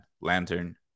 Lantern